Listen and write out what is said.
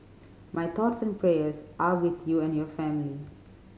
my thoughts and prayers are with you and your family